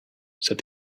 said